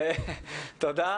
תודה.